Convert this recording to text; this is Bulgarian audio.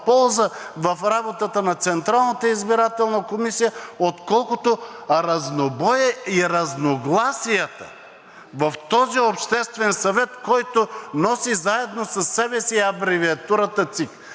в работата на Централната избирателна комисия, отколкото разнобоя и разногласията в този обществен съвет, който носи заедно със себе си абревиатурата ЦИК.